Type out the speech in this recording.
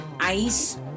ice